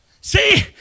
See